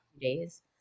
days